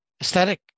aesthetic